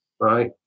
right